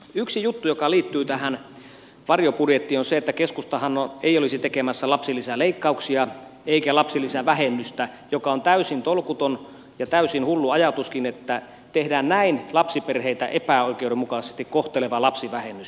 yksi juttu joka liittyy tähän varjobudjettiin on se että keskustahan ei olisi tekemässä lapsilisäleikkauksia eikä lapsilisävähennystä joka on täysin tolkuton ja täysin hullu ajatuskin että tehdään lapsiperheitä näin epäoikeudenmukaisesti kohteleva lapsivähennys